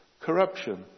corruption